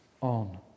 on